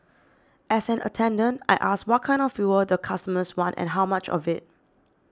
as an attendant I ask what kind of fuel the customers want and how much of it